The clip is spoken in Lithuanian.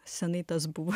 senai tas buvo